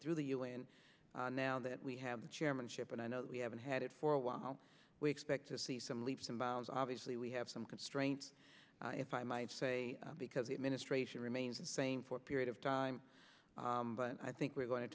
through the u n now that we have the chairmanship and i know we haven't had it for a while we expect to see some leaps and bounds obviously we have some constraints if i might say because the administration remains the same for a period of time but i think we're going to